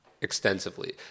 extensively